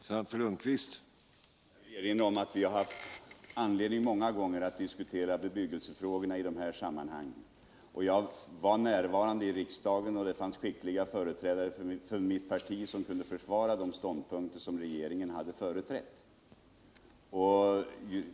Herr talman! Jag vill erinra om att vi många gånger har haft anledning att diskutera bebyggelsefrågorna i de här sammanhangen. Jag var närvarande i riksdagen, och det fanns skickliga företrädare för mitt parti i utskottet som kunde försvara den ståndpunkt som regeringen hade företrätt.